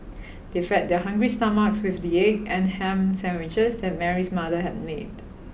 they fed their hungry stomachs with the egg and ham sandwiches that Mary's mother had made